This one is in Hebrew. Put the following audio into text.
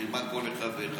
רימה כל אחד ואחד.